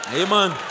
amen